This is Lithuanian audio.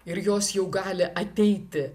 ir jos jau gali ateiti